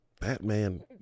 Batman